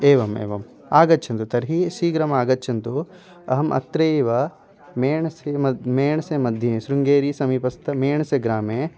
एवम् एवम् आगच्छन्तु तर्हि शीघ्रम् आगच्छन्तु अहम् अत्रैव मेणसे मद् मेण्से मध्ये शृङ्गेरिसमीपस्थमेण्से ग्रामे